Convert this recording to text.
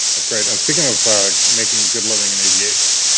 that's great. and speaking of making good living and aviation,